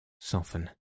soften